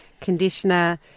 conditioner